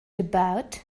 about